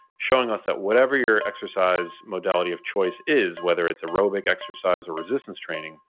showing us that whatever your exercise modality of choice is, whether it's aerobic exercise or resistance training,